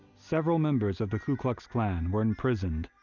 several members of the ku klux klan were imprisoned,